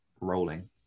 rolling